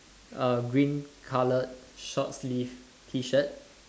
a green colour short sleeve T shirt